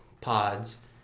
pods